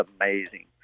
amazing